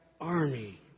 army